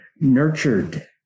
nurtured